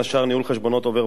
ניהול חשבונות עובר ושב,